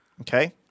Okay